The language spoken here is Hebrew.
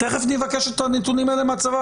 תיכף נבקש את הנתונים האלה מהצבא,